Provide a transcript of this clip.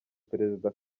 perezida